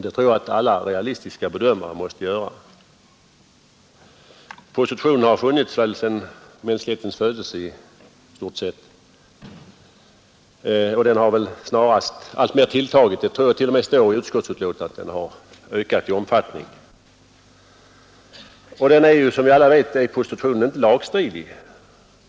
Det tror jag att alla realistiska bedömare måste göra. Prostitutionen har väl funnits sedan mänsklighetens födelse, och den har snarast alltmer tilltagit. Jag tror att det t.o.m. står i utskottsbetänkandet att den har ökat i omfattning. Som alla vet är prostitutionen inte lagstridig.